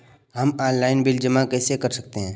हम online bill कैसे जमा कर सकते हैं?